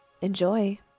Enjoy